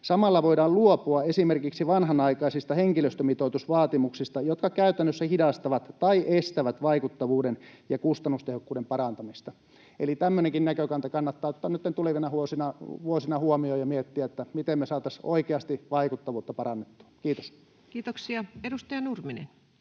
Samalla voidaan luopua esimerkiksi vanhanaikaisista henkilöstömitoitusvaatimuksista, jotka käytännössä hidastavat tai estävät vaikuttavuuden ja kustannustehokkuuden parantamista.” Eli tämmöinenkin näkökanta kannattaa ottaa nytten tulevina vuosina huomioon ja miettiä, miten me saataisiin oikeasti vaikuttavuutta parannettua. — Kiitos. [Speech